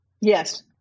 Yes